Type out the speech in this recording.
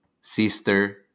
Sister